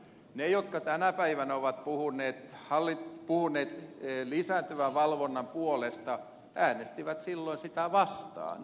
ne jotka tänä päivänä ovat puhuneet lisääntyvän valvonnan puolesta äänestivät silloin sitä vastaan